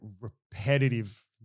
repetitive